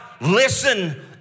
listen